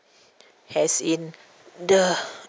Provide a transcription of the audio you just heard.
as in the